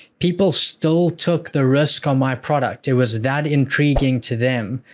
people still took the risk on my product. it was that intriguing to them.